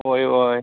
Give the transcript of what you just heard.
होय होय